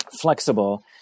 flexible